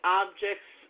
objects